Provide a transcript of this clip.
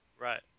Right